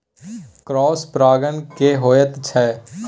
Cross परागण की होयत छै?